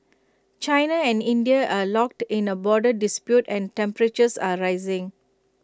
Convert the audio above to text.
China and India are locked in A border dispute and temperatures are rising